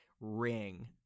ring